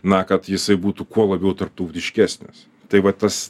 na kad jisai būtų kuo labiau tarptautiškesnis tai va tas